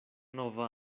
nova